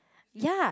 ya